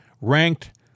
ranked